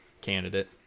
candidate